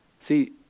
See